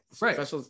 Right